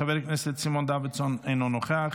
חבר הכנסת סימון דוידסון אינו נוכח,